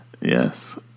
Yes